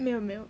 没有没有